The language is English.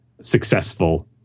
successful